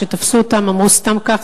כשתפסו אותם הם אמרו: סתם כך,